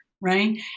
right